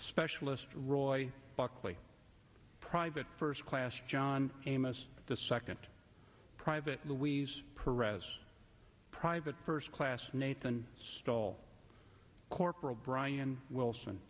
specialist roy walkley private first class john amos the second private louis pereira's private first class nathan stoll corporal brian wilson